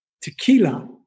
tequila